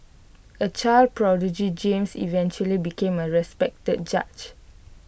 A child prodigy James eventually became A respected judge